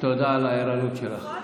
תודה על הערנות שלך.